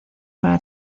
para